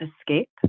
escape